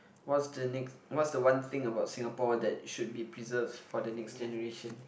what's the next what's the one thing about Singapore that should be preserved for the next generation